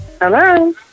Hello